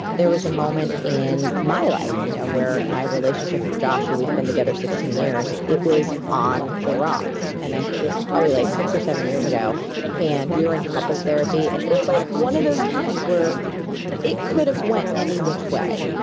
there was a moment in my life you know where my relationship with josh, who we've been together sixteen years, it was on the rocks. and this was probably like six or seven years ago and we were in couples therapy and it was like one of those times where it could have went any which way.